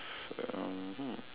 um hmm